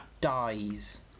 dies